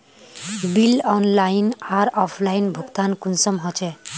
Bill online आर offline भुगतान कुंसम होचे?